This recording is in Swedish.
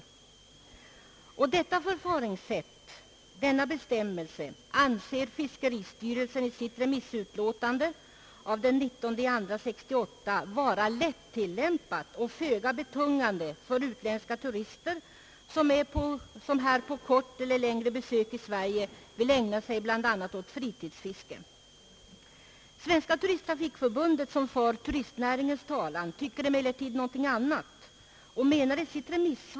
Fiskeristyrelsen anser i sitt remissutlåtande av den 19 februari 1968 att detta förfaringssätt är lätt att tillämpa och föga betungande för utländska turister som under ett kortare eller längre besök i Sverige vill ägna sig åt bl.a. fritidsfiske. Svenska = turisttrafikförbundet, som för turistnäringens talan, tycker emellertid något annat i sitt remissvar.